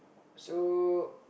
so